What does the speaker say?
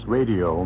Radio